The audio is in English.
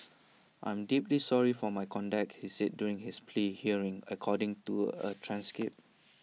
I am deeply sorry for my conduct he said during his plea hearing according to A transcript